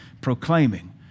proclaiming